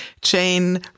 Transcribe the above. Jane